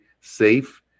safe